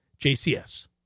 jcs